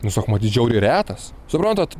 nu sako matyt žiauriai retas suprantat